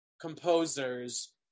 composers